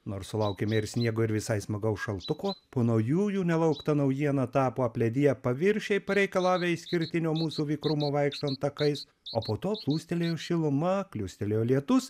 nors sulaukėme ir sniego ir visai smagaus šaltuko po naujųjų nelaukta naujiena tapo aplediję paviršiai pareikalavę išskirtinio mūsų vikrumo vaikštant takais o po to plūstelėjo šiluma kliūstelėjo lietus